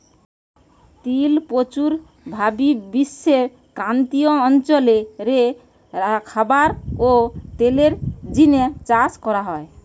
তিল প্রচুর ভাবি বিশ্বের ক্রান্তীয় অঞ্চল রে খাবার ও তেলের জিনে চাষ করা হয়